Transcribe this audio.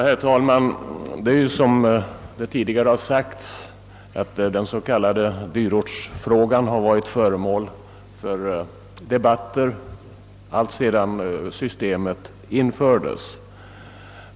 Herr talman! Det är ju, som det tidigare sagts, så att den s.k. dyrortsfrågan har varit föremål för debatter alltsedan systemet infördes.